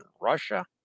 Russia